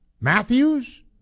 Matthews